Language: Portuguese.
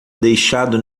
deixado